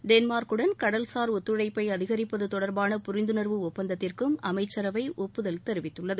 டென்மார்க்குடன் கடல்சார் ஒத்துழைப்பை அதிகரிப்பது தொடர்பாள புரிந்துணர்வு ஒப்பந்தத்திற்கும் அமைச்சரவை ஒப்புதல் தெரிவித்துள்ளது